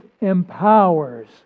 empowers